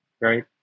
right